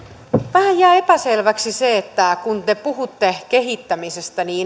vähän jää epäselväksi se kun te puhutte kehittämisestä